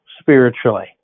spiritually